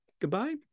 Goodbye